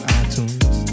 iTunes